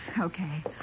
Okay